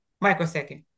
microsecond